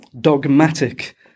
Dogmatic